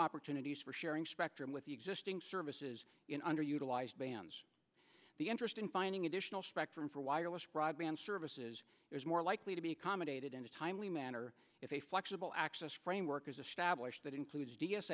opportunities for sharing spectrum with the existing services in underutilized bands the interest in finding additional spectrum for wireless broadband services is more likely to be accommodated in a timely manner if a flexible access framework is established that includes d s